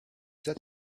that